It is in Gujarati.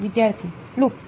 વિદ્યાર્થી લુપ્ત